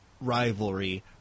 rivalry